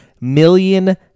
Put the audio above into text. million